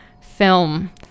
film